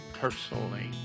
personally